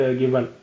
given